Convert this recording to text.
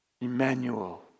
Emmanuel